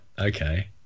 Okay